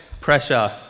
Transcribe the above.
pressure